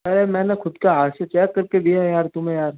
अरे मैंने खुद का हाथ से चेक कर के दिया है यार तुम्हें यार